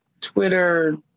twitter